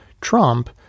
Trump